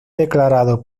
declarado